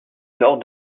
nord